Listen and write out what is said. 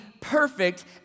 perfect